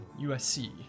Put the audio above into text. USC